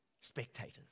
spectators